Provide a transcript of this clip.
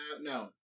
no